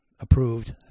approved